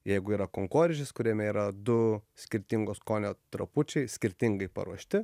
jeigu yra kankorėžis kuriame yra du skirtingo skonio trapučiai skirtingai paruošti